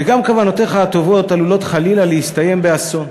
וגם כוונותיך הטובות עלולות חלילה להסתיים באסון.